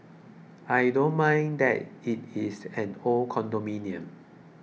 I don't mind that it is an old condominium